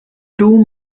two